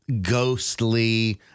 ghostly